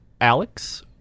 Alex